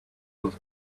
was